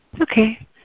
Okay